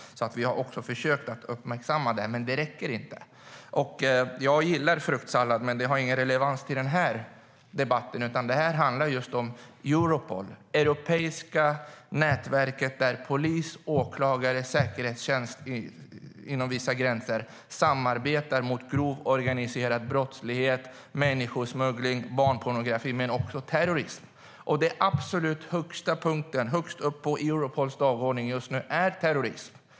Vi har försökt uppmärksamma detta, men det räcker inte. Jag gillar fruktsallad, men det har ingen relevans i den här debatten. Detta handlar just om Europol - det europeiska nätverket där polis, åklagare och säkerhetstjänst inom vissa gränser samarbetar mot grov organiserad brottslighet, människosmuggling, barnpornografi och också terrorism. Den punkt som är allra högst upp på Europols dagordning just nu är terrorism.